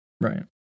Right